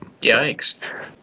Yikes